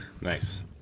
nice